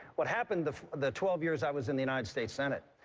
what happened the the twelve years i was in the united states senate,